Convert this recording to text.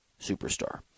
superstar